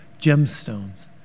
gemstones